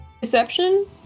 deception